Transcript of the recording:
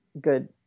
good